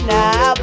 now